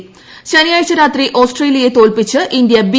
പൂ ശനിയാഴ്ച രാത്രി ഓസ്ട്രേലിയയെ തോൽപിച്ച് ഇന്ത്യ ബി